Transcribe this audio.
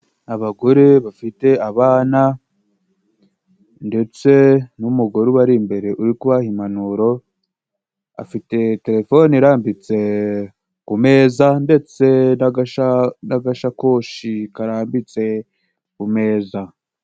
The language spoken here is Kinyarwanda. Abagore bafite abana ndetse n'umugore bari imbere uri kubaha impanuro afite telefone irambitse ku meza ndetse n'aga'gasakoshi karambitse ku meza.